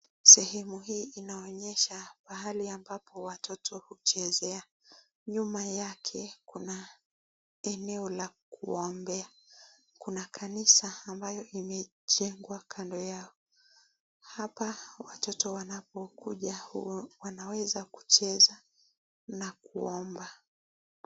Picha hii inaonyesha pahali ambapo watoto huchezea. Nyuma yake kuna eneo la kuombea. Kuna kanisa ambayo imejengwa kando yao. Hapa watoto wanapo kuja wanaweza kucheza na kuomba.